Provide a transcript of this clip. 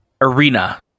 arena